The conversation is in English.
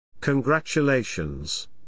Congratulations